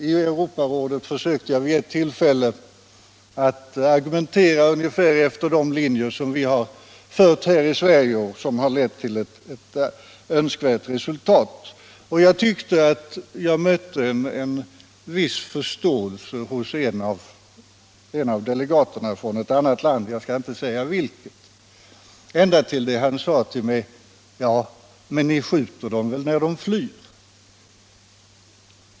I Europarådet försökte jag vid ett tillfälle att argumentera ungefär efter de linjer som vi har följt här i Sverige och som lett till önskvärt resultat. Jag tyckte att jag mötte en viss förståelse hos en av delegaterna från ett annat land — jag skall inte säga vilket — ända till dess att han sade till mig: Men ni skjuter dem väl när de flyr.